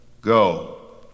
Go